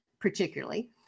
particularly